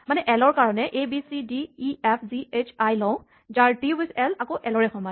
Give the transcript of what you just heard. মানে এল ৰ কাৰণে A B C D E F G H I লওঁ যাৰ ডি ৱিথ এল আকৌ এল ৰে সমান